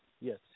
Yes